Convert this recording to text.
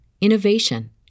innovation